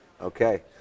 Okay